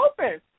open